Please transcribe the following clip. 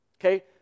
Okay